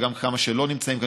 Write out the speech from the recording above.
וגם לכמה שלא נמצאים כאן,